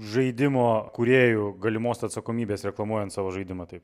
žaidimo kūrėjų galimos atsakomybės reklamuojant savo žaidimą taip